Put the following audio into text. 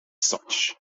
such